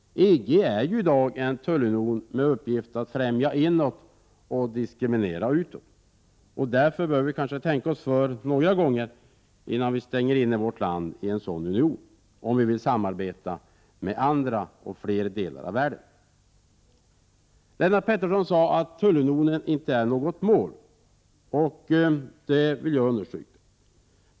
EG är i dag en tullunion med uppgift att främja inåt och diskriminera utåt. Därför bör vi kanske tänka oss för några gånger innan vi stänger in vårt land i en sådan union — om vi vill samarbeta med andra delar av världen. Lennart Pettersson sade att en tullunion inte är något mål att sträva efter, och det vill jag understryka.